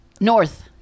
north